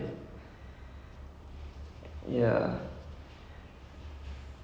too old ah okay no but I didn't really like him for the role